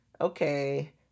Okay